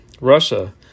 Russia